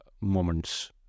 moments